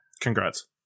congrats